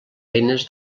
eines